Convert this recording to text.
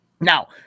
Now